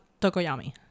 Tokoyami